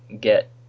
get